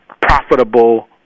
profitable